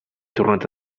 tornat